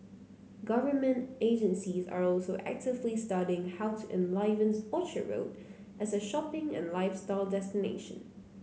government agencies are also actively studying how to enliven Orchard Road as a shopping and lifestyle destination